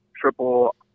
triple